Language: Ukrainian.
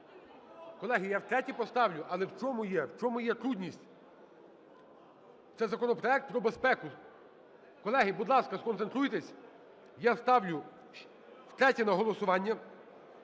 Колеги, я втретє поставлю. Але в чому є трудність? Це законопроект про безпеку. Колеги, будь ласка, сконцентруйтесь, я ставлю втретє на голосування